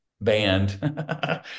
band